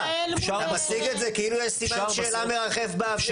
אתה מציג את זה כאילו יש סימן שאלה מרחף באוויר.